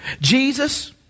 Jesus